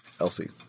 Elsie